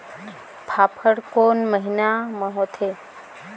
फाफण कोन महीना म होथे?